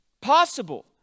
possible